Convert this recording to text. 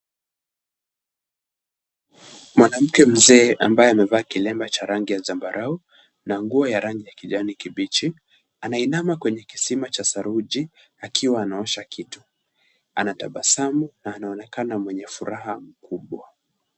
Mwanamke mzee ambaye amevaa kilemba cha rangi ya zambarau na nguo ya rangi ya kijani kibichi, anainama kwenye kisima cha saruji akiwa anaosha kitu. Anatabasamu na anaonekana mwenye furaha kubwa.